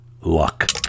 luck